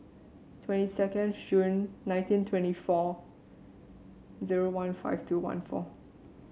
twenty second June nineteen twenty four zero one five two one four